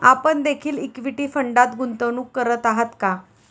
आपण देखील इक्विटी फंडात गुंतवणूक करत आहात का?